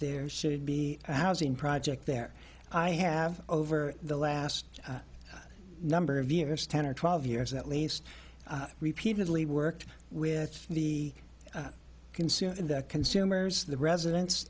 there should be housing project there i have over the last number of years ten or twelve years at least repeatedly worked with the consumer in the consumers the residents